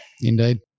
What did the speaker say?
Indeed